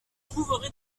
trouverai